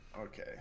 Okay